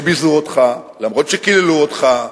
אף-על-פי שביזו אותך, אף-על-פי שקיללו אותך,